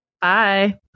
Bye